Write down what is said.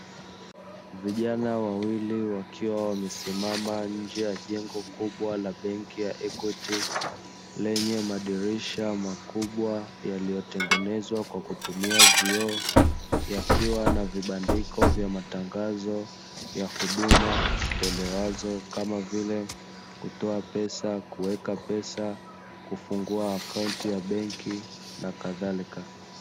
Vijana wawili wakiwa wamesimama nje ya jengo kubwa la benki ya "Equity", lenye madirisha makubwa; yaliyotengenezwa kwa kutumia vioo, yakiwa na vibandiko vya matangazo ya huduma zitolewazo, kama vile: kutoa pesa, kuweka pesa, kufungua akaunti ya benki na kadhalika.